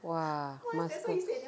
!wah! must close